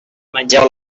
mengeu